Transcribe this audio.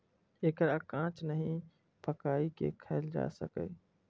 एकरा कांच नहि, पकाइये के खायल जा सकैए